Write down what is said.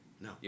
No